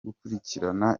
gukurikirana